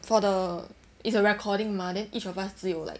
for the it's a recording mah then each of us 只有 like